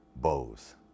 Bose